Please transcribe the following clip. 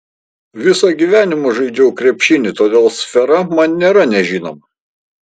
visą gyvenimą žaidžiau krepšinį todėl sfera man nėra nežinoma